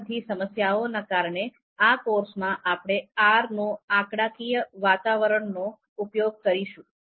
આ બધી સમસ્યાઓ ના કારણે આ કોર્સમાં આપણે R નું આંકડાકીય વાતાવરણનો ઉપયોગ કરીશું